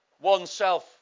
oneself